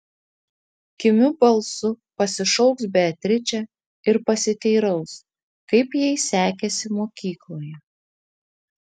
kimiu balsu pasišauks beatričę ir pasiteiraus kaip jai sekėsi mokykloje